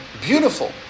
beautiful